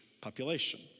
population